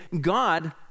God